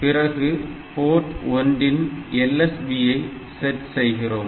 பிறகு போர்ட் ஒன்றின் LSB ஐ செட் செய்கிறோம்